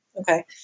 okay